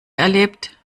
erlebt